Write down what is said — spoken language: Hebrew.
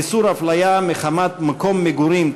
איסור הפליה מחמת מקום מגורים),